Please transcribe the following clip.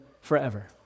forever